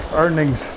earnings